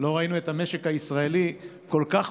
אירוע